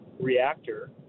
reactor